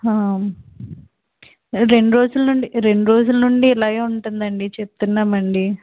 రెండు రోజుల్నుండి రెండు రోజుల్నుండి ఇలాగే ఉంటుందండి చెప్తున్నామండి